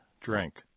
drink